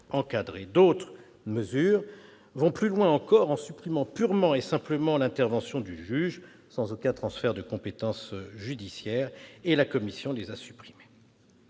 D'autres vont plus loin encore en supprimant purement et simplement l'intervention du juge, sans aucun transfert de compétences judiciaire : la commission les a aussi supprimées.